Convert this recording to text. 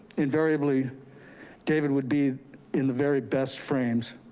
invariably david would be in the very best frames.